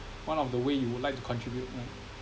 one of the way you would like to contribute ah